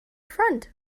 friend